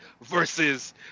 versus